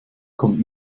kommt